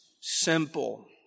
simple